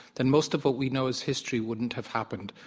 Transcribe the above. then most of what we know as history wouldn't have happened.